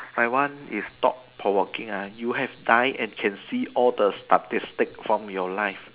my one is thought provoking ah you have die and can see all the statistic from your life